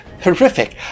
horrific